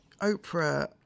Oprah